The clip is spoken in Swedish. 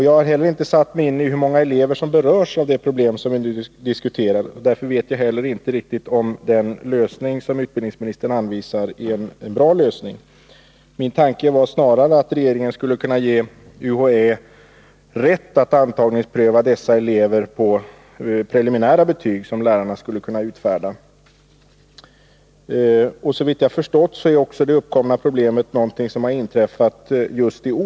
Jag har inte satt mig in i hur många elever som berörs av det problem som vi nu diskuterar, och därför vet jag inte heller riktigt om den lösning som utbildningsministern anvisar är en bra lösning. Min tanke var snarare att regeringen skulle kunna ge UHÄ rätt att antagningspröva dessa elever på grundval av preliminära betyg, som lärarna skulle kunna utfärda. Såvitt jag har förstått är också det problem det här gäller någonting som har inträffat just i år.